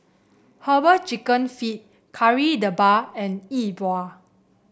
herbal chicken feet Kari Debal and Yi Bua